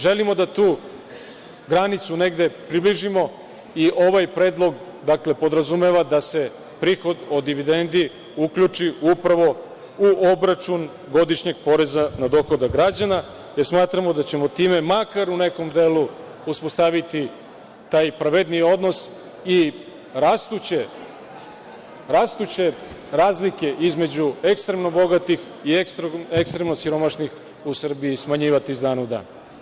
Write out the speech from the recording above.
Želimo da tu granicu negde približimo i ovaj predlog podrazumeva da se prihod od dividendi uključi upravo u obračun godišnjeg poreza na dohodak građana, jer smatramo da ćemo time makar u nekom delu uspostaviti taj pravedniji odnos i rastuće razlike između ekstremno bogatih i ekstremno siromašnih u Srbiji smanjivati iz dana u dan.